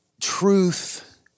truth